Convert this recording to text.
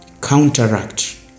counteract